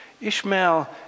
Ishmael